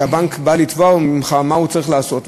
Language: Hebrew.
כשהבנק בא לתבוע אותך, מה הוא צריך לעשות.